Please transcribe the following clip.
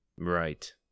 Right